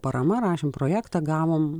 parama rašėm projektą gavom